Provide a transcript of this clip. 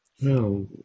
No